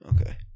Okay